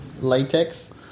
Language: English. latex